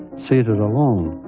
seated alone.